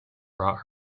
brought